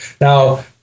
now